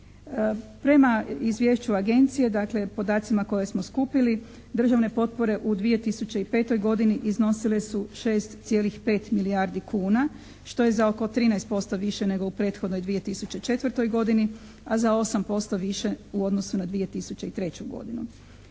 Prema izvješću Agencije dakle podacima koje smo skupili državne potpore u 2005. godini iznosile su 6,5 milijardi kuna što je za oko 13% više nego u prethodnoj 2004. godini a za 8% više u odnosu na 2003. godinu.